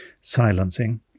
silencing